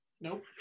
nope